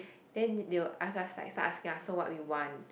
then they will ask like start asking us what we want